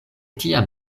tiam